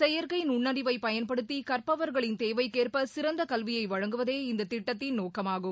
செயற்கை நுண்ணறிவை பயன்படுத்தி கற்பவர்களின் தேவைக்கேற்ப சிறந்த கல்வியை வழங்குவதே இந்த திட்டத்தின் நோக்கமாகும்